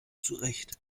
zurecht